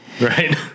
Right